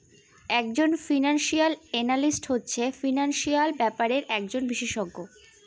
এক জন financial analyst হচ্ছে ফিনান্সিয়াল ব্যাপারের একজন বিশষজ্ঞ